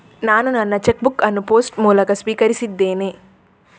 ನಾನು ನನ್ನ cheque book ಅನ್ನು ಪೋಸ್ಟ್ ಮೂಲಕ ಸ್ವೀಕರಿಸಿದ್ದೇನೆ